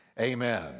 amen